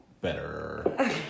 better